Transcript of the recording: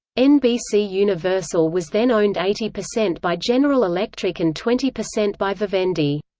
nbc universal was then owned eighty percent by general electric and twenty percent by vivendi.